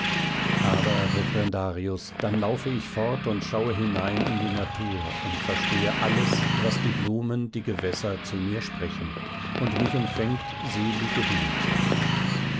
aber referendarius dann laufe ich fort und schaue hinein in die natur und verstehe alles was die blumen die gewässer zu mir sprechen und mich umfängt selige himmelslust